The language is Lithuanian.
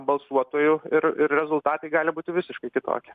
balsuotojų ir ir rezultatai gali būti visiškai kitokie